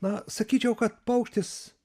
na sakyčiau kad paukštis